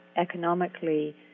economically